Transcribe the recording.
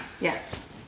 Yes